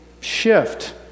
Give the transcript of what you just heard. shift